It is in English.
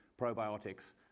probiotics